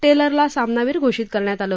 टेलरला सामनावीर घोषित करण्यात आलं